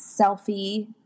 selfie